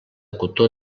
cotó